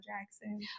Jackson